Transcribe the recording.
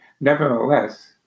nevertheless